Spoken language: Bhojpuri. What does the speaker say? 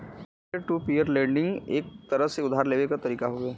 पीयर टू पीयर लेंडिंग एक तरह से उधार लेवे क तरीका हउवे